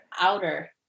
outer